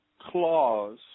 clause